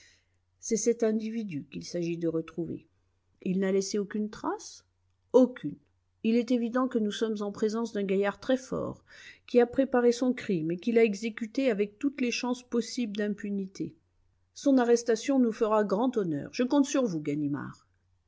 c'est cet individu qu'il s'agit de retrouver il n'a laissé aucune trace aucune il est évident que nous sommes en présence d'un gaillard très fort qui a préparé son crime et qui l'a exécuté avec toutes les chances possibles d'impunité son arrestation nous fera grand honneur je compte sur vous ganimard